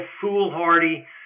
foolhardy